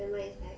then mine is like